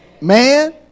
man